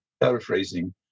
paraphrasing